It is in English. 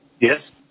Yes